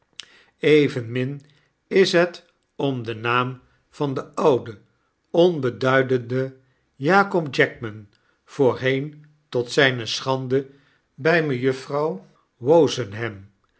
evenmin is het om den naam van den ouden onbeduidenden jakob jackman voorheen tot zijne schande bij mejuffrouw wozenham